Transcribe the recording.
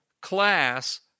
class